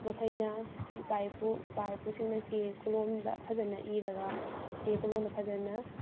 ꯃꯈꯩꯅ ꯏꯄꯥ ꯏꯄꯨ ꯏꯄꯥ ꯏꯄꯨꯁꯤꯡꯅ ꯆꯦ ꯀꯣꯂꯣꯝꯗ ꯐꯖꯅ ꯏꯔꯒ ꯆꯦ ꯀꯣꯂꯣꯝꯅ ꯐꯖꯅ